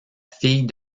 fille